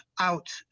out